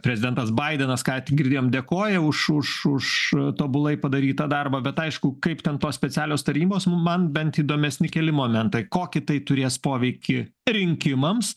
prezidentas baidenas ką tik girdėjom dėkoja už už už tobulai padarytą darbą bet aišku kaip ten tos specialios tarnybos man bent įdomesni keli momentai kokį tai turės poveikį rinkimams